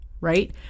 right